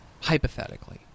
hypothetically